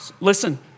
Listen